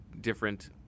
different